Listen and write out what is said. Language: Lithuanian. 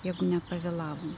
jeigu nepavėlavom